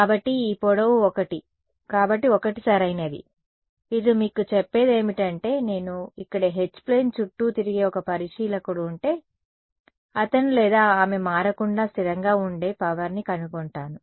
కాబట్టి ఈ పొడవు 1 కాబట్టి 1 సరైనది ఇది మీకు చెప్పేదేమిటంటే నేను ఇక్కడ H ప్లేన్ చుట్టూ తిరిగే ఒక పరిశీలకుడు ఉంటే అతను లేదా ఆమె మారకుండా స్థిరంగా ఉండే పవర్ ని కనుగొంటారు